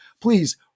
Please